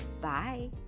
Bye